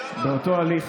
שבאותו הליך